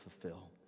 fulfill